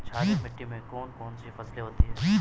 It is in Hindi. क्षारीय मिट्टी में कौन कौन सी फसलें होती हैं?